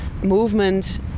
movement